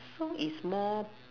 so is more